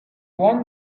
won